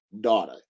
daughter